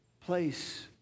place